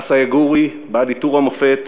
אסא יגורי בעל עיטור המופת,